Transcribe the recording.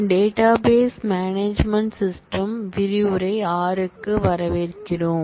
database management system விரிவுரை 6க்கு வரவேற்கிறோம்